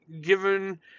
given